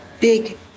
big